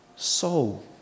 soul